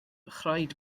rhaid